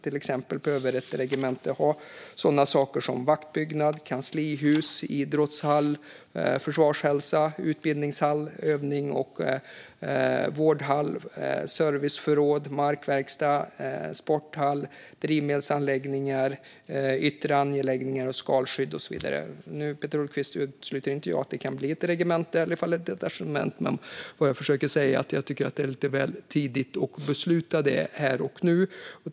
Till exempel behöver ett regemente ha sådana saker som vaktbyggnad, kanslihus, idrottshall, försvarshälsa, utbildningshall, övnings och vårdhall, serviceförråd, markverkstad, sporthall, drivmedelsanläggningar, yttre anläggningar, skalskydd och så vidare. Nu utesluter inte jag, Peter Hultqvist, att det kan bli ett regemente eller ett detachement. Men det som jag försöker säga är att jag tycker att det är lite väl tidigt att besluta om detta här och nu.